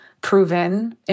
proven